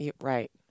Right